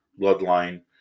bloodline